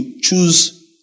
choose